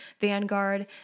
Vanguard